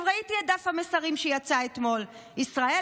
ראיתי את דף המסרים שיצא אתמול: ישראל